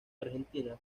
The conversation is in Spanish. argentina